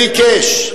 וביקש: